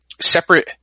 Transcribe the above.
separate